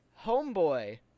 Homeboy